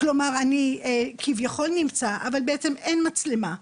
כלומר אני כביכול נמצא אבל בעצם אין מצלמה,